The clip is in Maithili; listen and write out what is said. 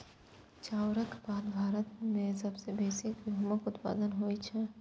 चाउरक बाद भारत मे सबसं बेसी गहूमक उत्पादन होइ छै